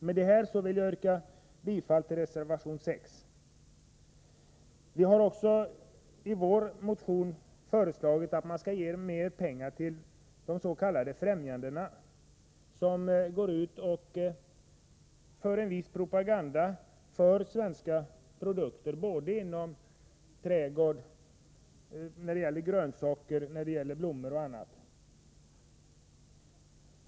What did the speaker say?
Med det här yrkar jag bifall till reservation 6. Vi har också i vår motion föreslagit att man skall ge mer pengar till de s.k. främjandena, som innebär en viss propaganda för svenska trädgårdsprodukter— grönsaker, blommor och annat.